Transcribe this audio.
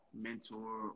mentor